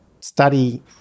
study